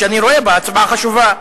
שאני רואה בה הצבעה חשובה.